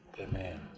Amen